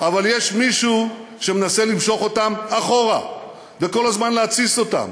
אבל יש מישהו שמנסה למשוך אותם אחורה וכל הזמן להתסיס אותם.